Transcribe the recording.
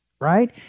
right